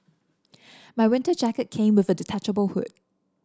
my winter jacket came with a detachable hood